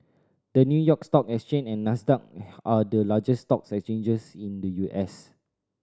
the New York Stock Exchange and Nasdaq are the largest stock exchanges in the U S